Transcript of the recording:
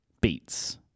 Beats